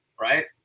right